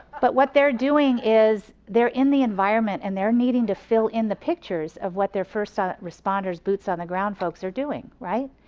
but what they're doing is they're in the environment, and they're needing to fill in the pictures of what they're first responders boots on the ground folks are doing, right.